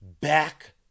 Back